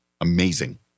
Amazing